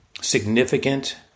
significant